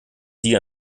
sie